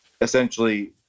essentially